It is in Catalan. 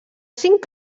cinc